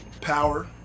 Power